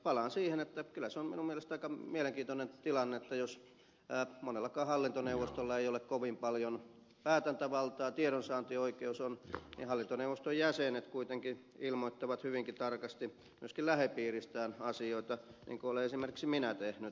palaan siihen että kyllä se on minun mielestäni aika mielenkiintoinen tilanne että jos monellakaan hallintoneuvostolla ei ole kovin paljon päätäntävaltaa tiedonsaantioikeus on niin hallintoneuvoston jäsenet kuitenkin ilmoittavat hyvinkin tarkasti myöskin lähipiiristään asioita niin kuin olen esimerkiksi minä tehnyt